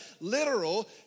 literal